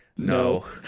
No